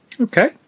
Okay